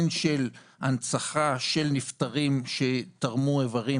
הן של הנצחה של נפטרים שתרמו איברים,